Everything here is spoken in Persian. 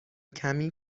کمی